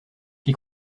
qui